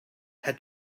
had